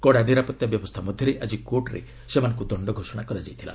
କଡ଼ା ନିରାପତ୍ତା ବ୍ୟବସ୍ଥା ମଧ୍ୟରେ ଆଜି କୋର୍ଟରେ ସେମାନଙ୍କ ଦଣ୍ଡ ଘୋଷଣା କରାଯାଇଥିଲା